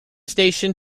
station